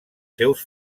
seus